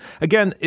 Again